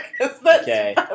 Okay